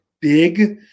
big